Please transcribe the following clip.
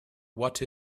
what